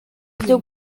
byo